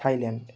Thailand